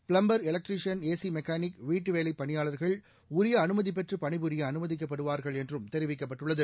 plumber electrician AC mechanic வீட்டு வேலை பணியாளர்கள் உரிய அனுமதி பெற்று பணி புரிய அனுமதிக்கப்படுவார்கள் என்றும் தெரிவிக்கப்பட்டுள்ளது